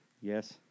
Yes